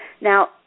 Now